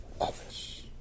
others